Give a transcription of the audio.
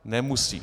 Nemusí!